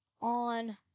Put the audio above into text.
on